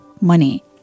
money